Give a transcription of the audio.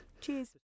cheers